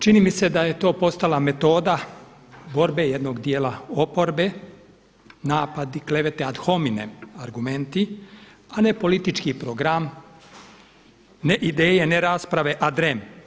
Čini mi se da je to postala metoda borbe jednog dijela oporbe, napadi, klevete ad hominem argumenti a ne politički program, ne ideje, ne rasprave ad rem.